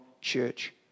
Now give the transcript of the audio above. church